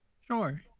Sure